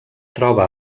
troba